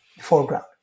foreground